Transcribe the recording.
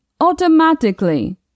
automatically